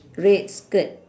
red skirt